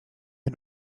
had